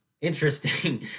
interesting